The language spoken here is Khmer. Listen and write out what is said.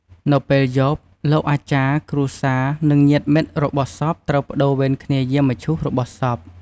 នៅពេលយប់លោកអាចារ្យ គ្រួសារ និងញាតិមិត្តរបស់សពត្រូវប្តូរវេនគ្នាយាមមឈូសរបស់សព។